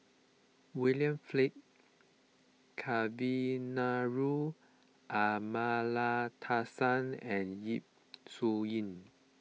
William Flint Kavignareru Amallathasan and Yap Su Yin